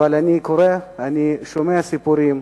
אבל אני קורא, אני שומע סיפורים.